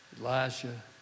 Elijah